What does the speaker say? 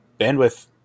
bandwidth